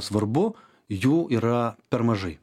svarbu jų yra per mažai